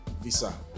visa